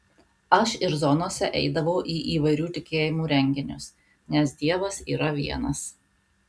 aš ir zonose eidavau į įvairių tikėjimų renginius nes dievas yra vienas